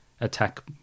Attack